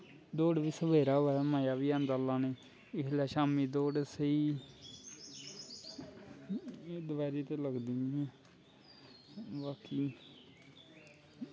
पर दौड़ बी सवेरै होऐ मज़ा बी औंदा लानें गी इसलै शाम्मी दौड़ स्हेई दपैह्री ते लगदी नी ऐ बाकी